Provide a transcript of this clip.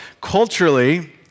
culturally